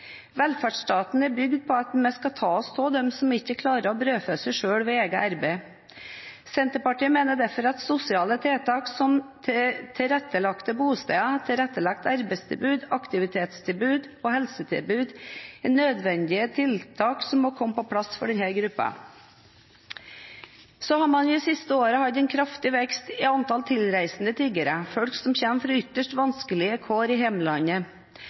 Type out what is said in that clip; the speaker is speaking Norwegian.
Velferdsstaten er bygd på at vi skal ta oss av dem som ikke klarer å brødfø seg selv med eget arbeid. Senterpartiet mener derfor at sosiale tiltak som tilrettelagte bosteder, tilrettelagt arbeidstilbud, aktivitetstilbud og helsetilbud er nødvendige tiltak som må komme på plass for denne gruppen. Så har man de siste årene hatt en kraftig vekst i antall tilreisende tiggere, folk som kommer fra ytterst vanskelige kår i